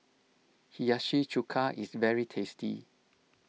Hiyashi Chuka is very tasty